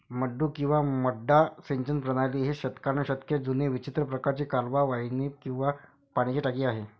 मड्डू किंवा मड्डा सिंचन प्रणाली ही शतकानुशतके जुनी विचित्र प्रकारची कालवा वाहिनी किंवा पाण्याची टाकी आहे